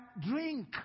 drink